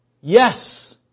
Yes